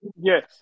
yes